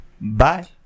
Bye